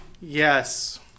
yes